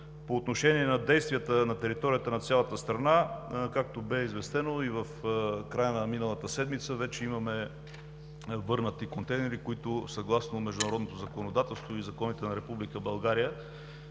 По отношение на действията на територията на цялата страна, както бе известено, в края на миналата седмица вече имаме върнати контейнери, които съгласно международното законодателство и законите на